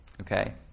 Okay